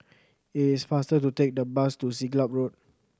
it is faster to take the bus to Siglap Road